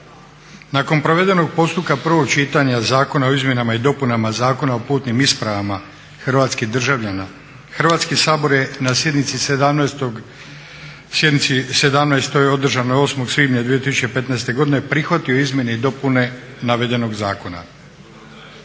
Nakon provedenog postupka prvog čitanja Zakona o izmjenama i dopunama Zakona o putnim ispravama hrvatskih državljana, Hrvatski sabor je na sjednici 17.-oj održanoj 8. svibnja 2015. godine prihvatio izmjene i dopune navedenog zakona.